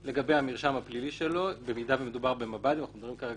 על המרשם הפלילי שלו במידה שמדובר על מב"דים כמו שמדובר כאן